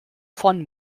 von